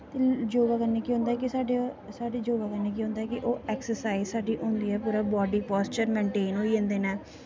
योगा कन्नै केह् होंदा ऐ कि साढ़ी योगा कन्नै केह् होंदा ऐ कि ओह् ऐक्स्रसाईज़ साढ़ी होंदी ऐ बॉड्डी पाईस्चर मेन्टेन होई जंदे न